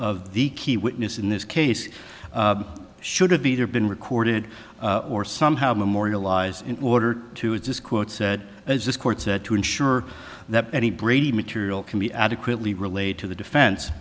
of the key witness in this case should have either been recorded or somehow memorialize in order to this quote said as this court said to ensure that any brady material can be adequately relayed to the defense